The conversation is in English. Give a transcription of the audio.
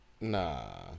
Nah